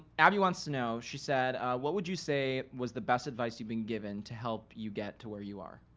abby wants to know she said what would you say was the best advice you've been given to help you get to where you are?